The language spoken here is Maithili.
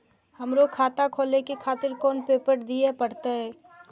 हमरो खाता खोले के खातिर कोन पेपर दीये परतें?